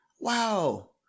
Wow